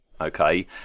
okay